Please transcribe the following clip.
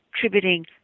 contributing